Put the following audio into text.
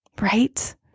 right